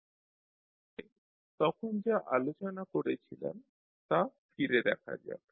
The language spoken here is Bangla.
তাহলে তখন যা আলোচনা করেছিলাম তা ফিরে দেখা যাক